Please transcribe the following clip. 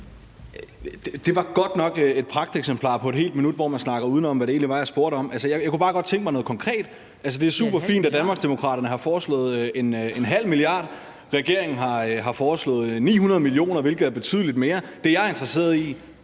Det var godt nok et pragteksempel på et helt minut, hvor man snakker udenom i forhold til det, jeg egentlig spurgte om. Jeg kunne bare godt tænke mig noget konkret. Altså, det er superfint, at Danmarksdemokraterne har foreslået 0,5 mia. kr. Regeringen har foreslået 900 mio. kr., hvilket er betydelig mere. Det, jeg er interesseret i,